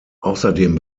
außerdem